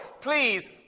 please